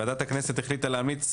ועדת הכנסת החליטה להמליץ